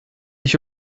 ich